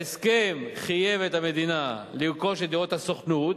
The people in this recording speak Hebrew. ההסכם חייב את המדינה לרכוש את דירות הסוכנות